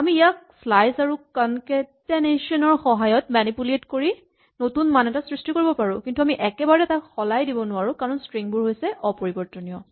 আমি ইয়াক শ্লাইচ আৰু কনকেটেনেচন ৰ সহায়ত মেনিপুলেট কৰি নতুন মান এটাৰ সৃষ্টি কৰিব পাৰো কিন্তু আমি একেবাৰতে তাক সলাই দিব নোৱাৰো কাৰণ ষ্ট্ৰিং বোৰ হৈছে অপৰিবৰ্তনীয়